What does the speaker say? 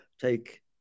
take